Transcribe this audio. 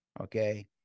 Okay